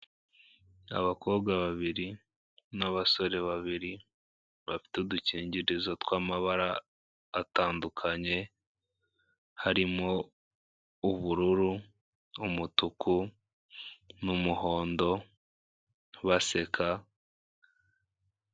Abakobwa babiri n'abasore babiri bafite udukingirizo tw'amabara atandukanye, harimo ubururu, umutuku n'umuhondo baseka.